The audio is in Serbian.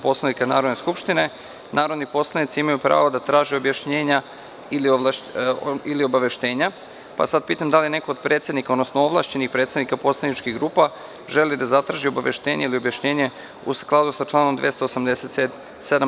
Poslovnika Narodne skupštine narodni poslanici imaju pravo da traže objašnjenja ili obaveštenja, pa pitam da li neko od predsednika, odnosno ovlašćenih predstavnika poslaničkih grupa želi da zatraži obaveštenje ili objašnjenje, u skladu sa članom 287.